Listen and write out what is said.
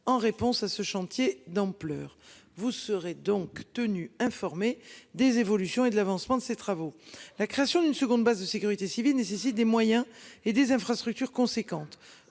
en réponse à ce chantier d'ampleur. Vous serez donc tenu informé des évolutions et de l'avancement de ces travaux, la création d'une seconde base de sécurité civile nécessite des moyens et des infrastructures conséquente.